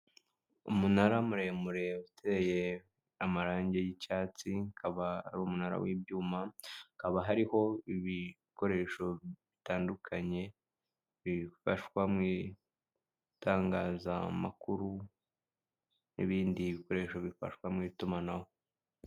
Umunara muremure uteye amarangi y'icyatsi, ukaba ari umunara w'ibyuma, hakaba hariho ibikoresho bitandukanye, bifashwa mu itangazamakuru n'ibindi bikoresho bifashwa mu itumanaho.